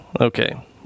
Okay